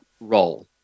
role